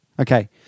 Okay